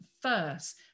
first